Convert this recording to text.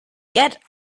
get